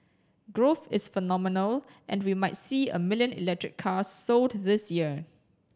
growth is phenomenal and we might see a million electric cars sold this year